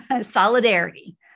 solidarity